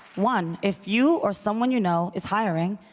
one, if you or someone you know is hiring,